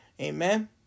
Amen